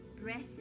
Breath